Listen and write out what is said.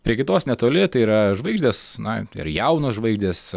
prie kitos netoli tai yra žvaigždės na ir jaunos žvaigždės